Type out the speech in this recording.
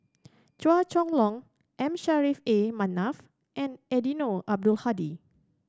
Chua Chong Long M Saffri A Manaf and Eddino Abdul Hadi